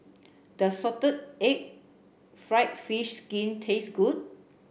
does salted egg fried fish skin taste good